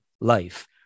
life